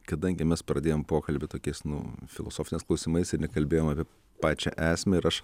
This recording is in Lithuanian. kadangi mes pradėjom pokalbį tokiais nu filosofiniais klausimais ir nekalbėjom apie pačią esmę ir aš